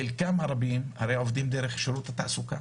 חלקם עובדים דרך שירות התעסוקה